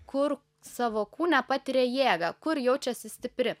kur savo kūne patiria jėgą kur jaučiasi stipri